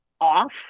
off